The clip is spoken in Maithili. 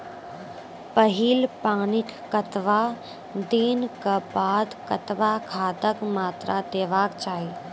पहिल पानिक कतबा दिनऽक बाद कतबा खादक मात्रा देबाक चाही?